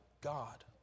God